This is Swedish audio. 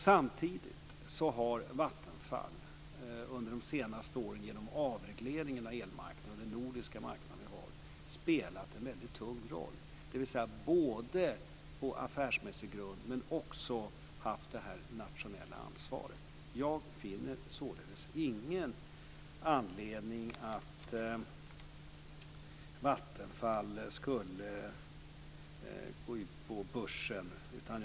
Samtidigt har Vattenfall under de senaste åren, genom avregleringen av elmarknaden och den nordiska marknad vi har, spelat en väldigt tung roll på affärsmässig grund och även haft det här nationella ansvaret. Jag finner således ingen anledning att Vattenfall skulle gå ut på börsen.